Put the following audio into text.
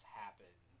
happen